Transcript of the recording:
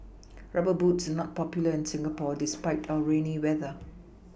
rubber boots are not popular in Singapore despite our rainy weather